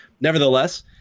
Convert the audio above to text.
Nevertheless